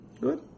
Good